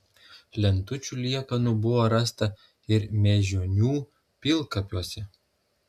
lentučių liekanų buvo rasta ir mėžionių pilkapiuose